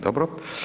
Dobro.